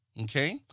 okay